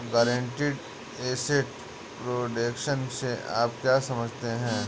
Guaranteed asset protection से आप क्या समझते हैं?